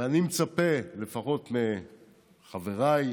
ואני מצפה, לפחות מחבריי,